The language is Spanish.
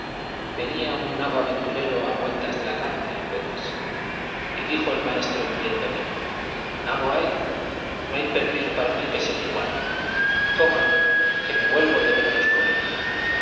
venía un nabo aventurero a vueltas de la carne apenas y dijo el maestro en viéndole nabo hay no hay perdiz para mí que se le iguale coman que me huelgo de verlos comer